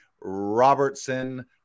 Robertson